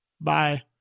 Bye